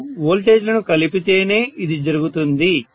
నేను వోల్టేజ్ లను కలిపితేనే ఇది జరుగుతుంది